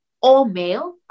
all-male